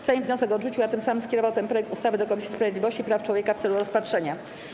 Sejm wniosek odrzucił, a tym samym skierował ten projekt ustawy do Komisji Sprawiedliwości i Praw Człowieka w celu rozpatrzenia.